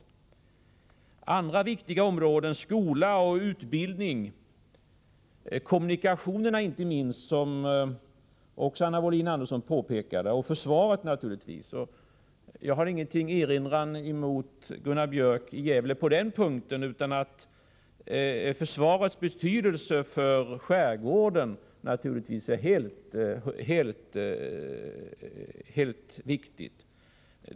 Anna Wohlin-Andersson nämnde några andra viktiga områden: skola, utbildning, kommunikationerna inte minst och naturligtvis försvaret. Jag har ingenting att erinra mot det Gunnar Björk i Gävle sade om försvarets stora betydelse för skärgården.